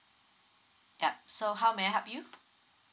yup so how may I help you